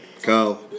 Kyle